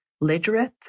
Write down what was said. literate